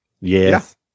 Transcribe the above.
Yes